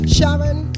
Sharon